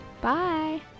Bye